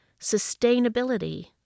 sustainability